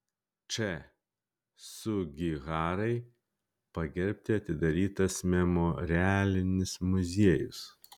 č sugiharai pagerbti atidarytas memorialinis muziejus